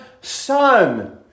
son